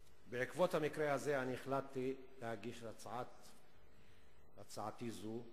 המקרה הזה החלטתי להגיש את הצעתי זו,